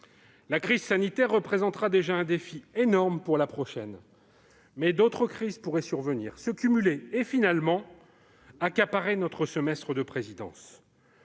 La crise sanitaire représentera déjà un défi énorme, mais d'autres crises pourraient survenir, se cumuler et, finalement, accaparer notre semestre de présidence.